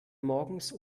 morgens